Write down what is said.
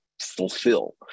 fulfill